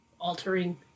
altering